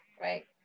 right